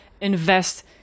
invest